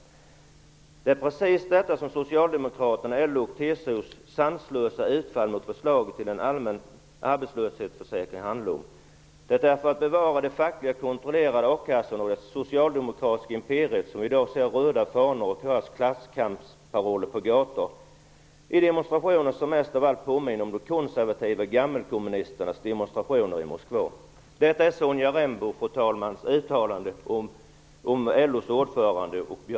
Hon sade följande: ''Det är precis detta som Socialdemokraternas, LO:s och TCO:s sanslösa utfall mot förslaget till en allmän arbetslöshetsförsäkring handlar om. Det är för att bevara de fackligt kontrollerade a-kassorna och det socialdemokratiska imperiet som vi i dag ser röda fanor och hör klasskampsparoller på gatorna i demonstrationer som mest av allt påminner om de konservativa gammalkommunisternas demonstrationer i Moskva.'' Detta är Sonja